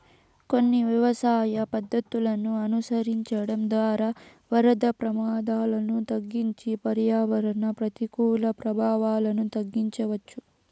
కొన్ని వ్యవసాయ పద్ధతులను అనుసరించడం ద్వారా వరద ప్రమాదాలను తగ్గించి పర్యావరణ ప్రతికూల ప్రభావాలను తగ్గించవచ్చు